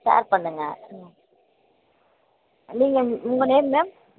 share பண்ணுங்கள் ம் நீங்கள் உங்கள் நேம் மேம்